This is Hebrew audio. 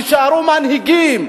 ויישארו מנהיגים.